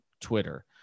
Twitter